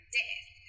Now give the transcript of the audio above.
death